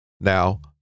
Now